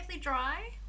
dry